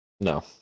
no